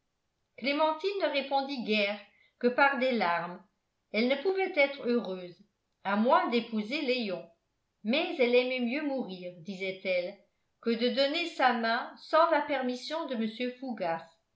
clémentine ne répondit guère que par des larmes elle ne pouvait être heureuse à moins d'épouser léon mais elle aimait mieux mourir disait-elle que de donner sa main sans la permission de mr fougas